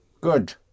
Good